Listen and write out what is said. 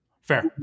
Fair